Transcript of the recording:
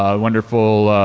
ah wonderful